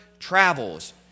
travels